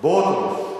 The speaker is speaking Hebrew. ברכב או באוטובוס?